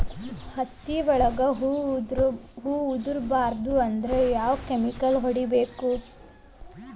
ಹತ್ತಿ ಒಳಗ ಹೂವು ಉದುರ್ ಬಾರದು ಅಂದ್ರ ಯಾವ ಕೆಮಿಕಲ್ ಹೊಡಿಬೇಕು?